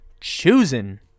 choosing